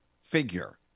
figure